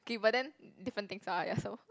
okay but then different things ah ya so